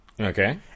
Okay